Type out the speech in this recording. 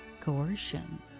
coercion